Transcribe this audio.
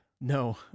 No